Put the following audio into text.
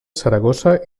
saragossa